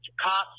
cops